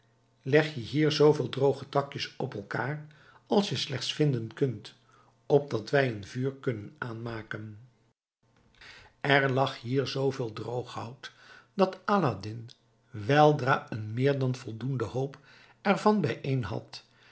leg je hier zooveel droge takjes op elkaar als je slechts vinden kunt opdat wij een vuur kunnen aanmaken er lag hier zooveel droog hout dat aladdin weldra een meer dan voldoenden hoop ervan bijeen